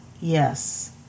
Yes